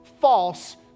false